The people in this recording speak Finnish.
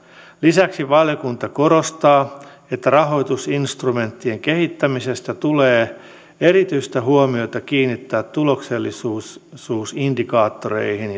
lisäksi valiokunta korostaa että rahoitusinstrumenttien kehittämisessä tulee erityistä huomiota kiinnittää tuloksellisuusindikaattoreihin